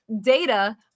data